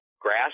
grass